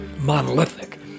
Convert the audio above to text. monolithic